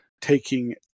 taking